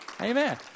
Amen